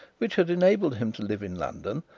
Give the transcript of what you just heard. which had enabled him to live in london,